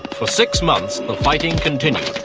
for six months the fighting continued.